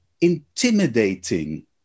intimidating